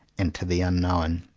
and to the unknown.